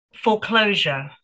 Foreclosure